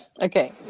Okay